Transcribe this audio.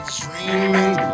dreaming